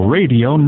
Radio